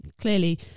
clearly